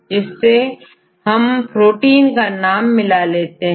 जिससे हम प्रोटीन का नाम मिला लेते हैं